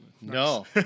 No